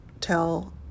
tell